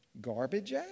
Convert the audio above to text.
Garbage